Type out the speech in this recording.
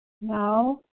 No